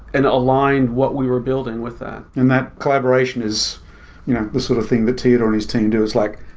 and aligned what we were building with that and that collaboration is the sort of thing that teodor and his team do is like,